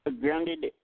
Grounded